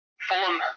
Fulham